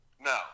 No